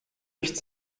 nicht